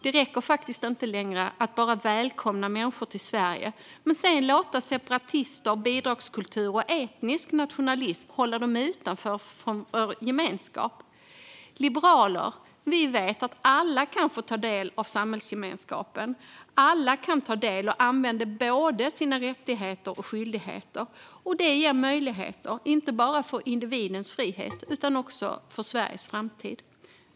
Det räcker faktiskt inte längre att bara välkomna människor till Sverige och sedan låta separatister, bidragskultur och etnisk nationalism hålla dem utanför vår gemenskap. Vi liberaler vet att alla kan få ta del av samhällsgemenskapen. Alla kan vara en del och använda både sina rättigheter och skyldigheter. Det ger möjligheter, inte bara för individens frihet utan också för Sveriges framtid.